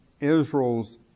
Israel's